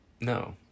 No